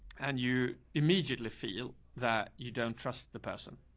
and you immediately feel that you don't trust the person